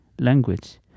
language